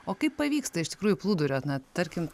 o kaip pavyksta iš tikrųjų plūduriuot na tarkim